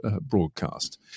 broadcast